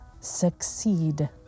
succeed